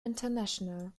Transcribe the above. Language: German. international